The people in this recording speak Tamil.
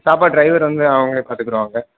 சாப்பாடு ட்ரைவர் வந்து அவங்களே பார்த்துக்குருவாங்க